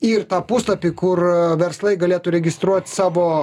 ir tą puslapį kur verslai galėtų registruot savo